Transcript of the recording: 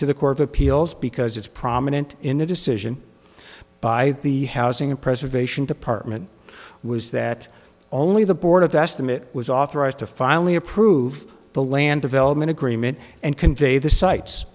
to the court of appeals because it's prominent in the decision by the housing and preservation department was that only the board of estimate was authorized to finally approve the land development agreement and convey the si